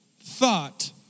thought